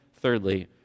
thirdly